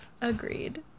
Agreed